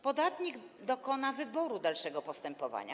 Podatnik dokona wyboru dalszego postępowaniu.